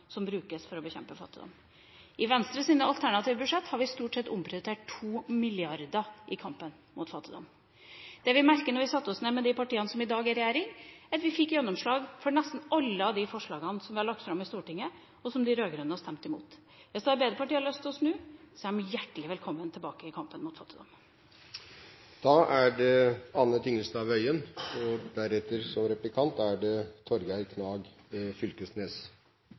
som brukes for å bekjempe fattigdom. I Venstres alternative statsbudsjett har vi stort sett omprioritert 2 mrd. kr i kampen mot fattigdom. Det vi merket da vi satte oss ned med de partiene som i dag er i regjering, er at vi fikk gjennomslag for nesten alle de forslagene vi har lagt fram i Stortinget, og som de rød-grønne har stemt imot. Så hvis Arbeiderpartiet har lyst til å snu, er de hjertelig velkommen tilbake i kampen mot fattigdom! Jeg vil også få lov til å gratulere Venstre med å ikke sitte i regjering – det